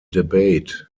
debate